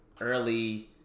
early